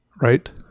right